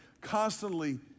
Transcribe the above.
constantly